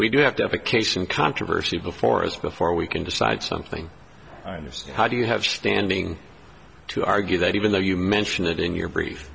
we do have to have a case in controversy before us before we can decide something and if so how do you have standing to argue that even though you mention it in your brief